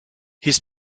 his